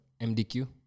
MDQ